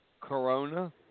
Corona